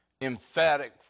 emphatic